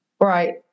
Right